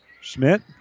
Schmidt